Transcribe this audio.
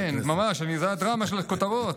כן, ממש, זו הדרמה של הכותרות.